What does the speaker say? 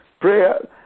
prayer